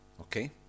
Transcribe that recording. okay